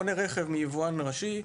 קונה רכב מהיבואן הראשי,